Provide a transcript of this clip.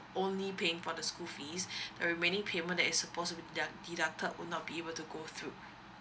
only paying for the school fees the remaining payment that is supposed to be deduct deducted would not be able to go through